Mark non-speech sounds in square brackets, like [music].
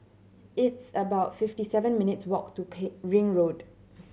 it's about fifty seven minutes' walk to [unintelligible] Ring Road